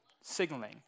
signaling